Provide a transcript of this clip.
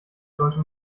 sollte